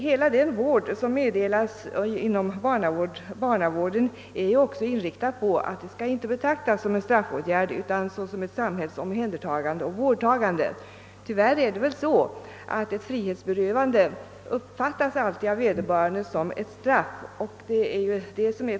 Hela den vård som lämnas inom barnavården är inriktad på att den inte skall betraktas som en straffåtgärd utan som ett samhällets omhändertagande för vård. Tyvärr är det väl så att ett frihetsberövande alltid av vederbörande uppfattas såsom ett straff.